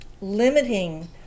limiting